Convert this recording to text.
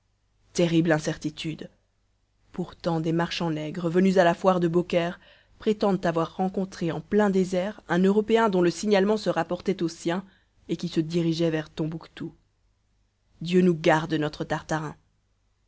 terrible incertitude pourtant des marchands nègres venus à la foire de beaucaire prétendent avoir rencontré en plein désert un européen dont le signalement se rapportait au sien et qui se dirigeait vers tombouctou dieu nous garde notre tartarin